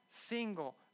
single